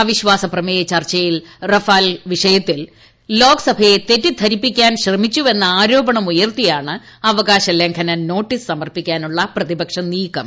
അവിശ്വാസ പ്രമേയ ചർച്ചയിൽ റാഫേൽ വിഷയത്തിൽ ലോക്സഭയെ തെറ്റിദ്ധരിപ്പിക്കാൻ ശ്രമിച്ചുവെന്ന ആരോപണം ഉയർത്തിയാണ് അവകാശലംഘന നോട്ടീസ് സമർപ്പിക്കാനുള്ള പ്രതിപക്ഷ നീക്കം